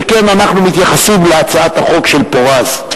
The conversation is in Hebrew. שכן אנחנו מתייחסים להצעת החוק של פורז.